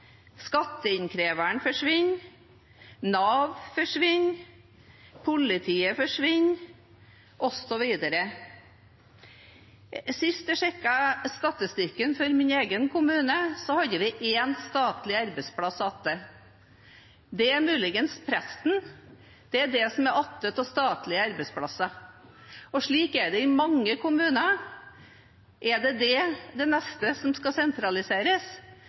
forsvinner, Nav forsvinner, politiet forsvinner, osv. Sist jeg sjekket statistikken for min egen kommune, hadde vi én statlig arbeidsplass igjen. Det er muligens presten. Det er det som er igjen av statlige arbeidsplasser, og slik er det i mange kommuner. Er det det neste som skal sentraliseres?